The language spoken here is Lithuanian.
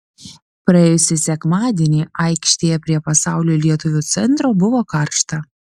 praėjusį sekmadienį aikštėje prie pasaulio lietuvių centro buvo karšta